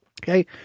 Okay